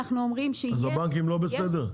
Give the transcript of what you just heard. אז הבנקים לא בסדר?